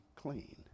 clean